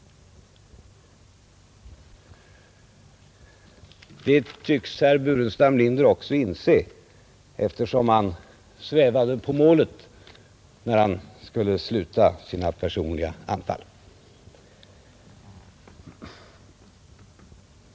Det tycks herr Burenstam Linder också inse, eftersom han svävade på målet när han skulle sluta sina personliga anfall.